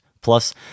plus